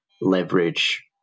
leverage